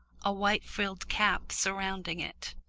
a white frilled cap surrounding it.